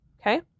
Okay